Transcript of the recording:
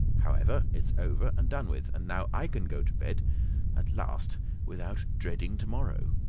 however, it's over and done with and now i can go to bed at last without dreading tomorrow.